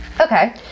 Okay